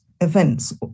events